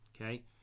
Okay